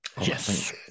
Yes